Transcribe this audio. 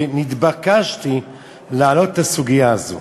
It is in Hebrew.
ונתבקשתי להעלות את הסוגיה הזו.